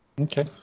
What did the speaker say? Okay